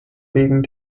wegen